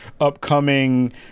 upcoming